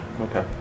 Okay